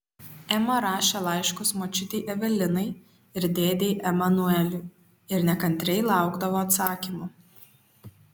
ema rašė laiškus močiutei evelinai ir dėdei emanueliui ir nekantriai laukdavo atsakymų